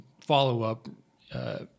follow-up